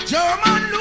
German